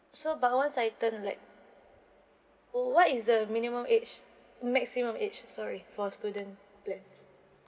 so but once I turned like wh~ what is the minimum age maximum age sorry for student like